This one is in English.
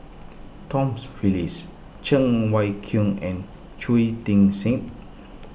Tom's Phillips Cheng Wai Keung and Shui Tit Sing